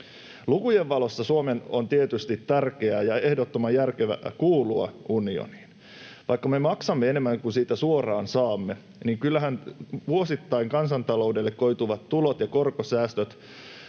Lukujen valossa Suomen on tietysti tärkeää ja ehdottoman järkevää kuulua unioniin. Vaikka me maksamme enemmän kuin siitä suoraan saamme, niin kyllähän vuosittain kansantaloudelle koituvat tulot ja korkosäästöt